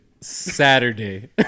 Saturday